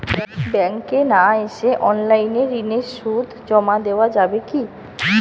ব্যাংকে না এসে অনলাইনে ঋণের সুদ জমা দেওয়া যাবে কি?